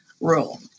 rule